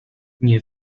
nie